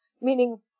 meaning